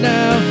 now